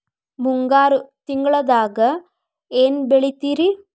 ಮುಂಗಾರು ತಿಂಗಳದಾಗ ಏನ್ ಬೆಳಿತಿರಿ?